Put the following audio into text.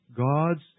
God's